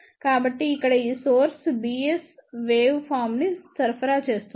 కాబట్టి ఇక్కడ ఈ సోర్స్ bs వేవ్ ఫార్మ్ ని సరఫరా చేస్తోంది